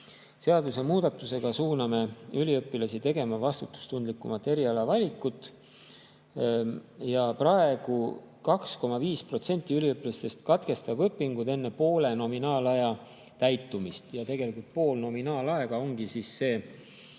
Seadusemuudatusega suuname üliõpilasi tegema vastutustundlikumat erialavalikut. Praegu 2,5% üliõpilastest katkestab õpingud enne poole nominaalaja täitumist. Tegelikult pool nominaalaega ongi see